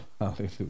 Hallelujah